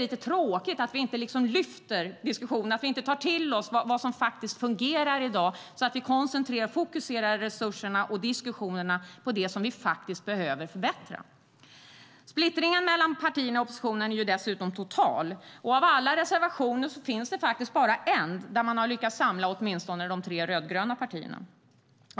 Det är tråkigt att vi inte lyfter upp diskussionen och tar till oss av vad som faktiskt fungerar i dag och i stället fokuserar resurserna och diskussionerna på sådant som vi faktiskt behöver förbättra. Splittringen mellan partierna i oppositionen är dessutom total. Av alla reservationer är det faktiskt bara en som lyckats samla åtminstone de tre rödgröna partierna.